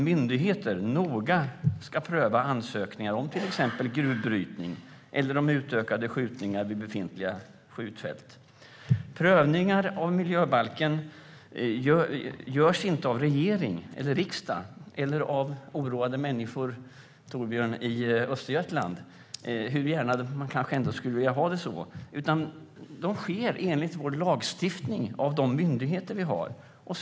Myndigheter ska noga pröva ansökningar om till exempel gruvbrytning eller utökade skjutningar vid befintliga skjutfält. Prövningar av miljöbalken görs dock inte av regering, riksdag eller oroade människor i Östergötland, Torbjörn, hur gärna man än skulle vilja ha det så, utan de görs av myndigheter i enlighet med vår lagstiftning.